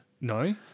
No